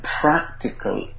practical